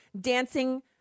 dancing